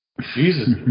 Jesus